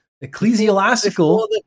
ecclesiastical